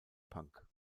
punk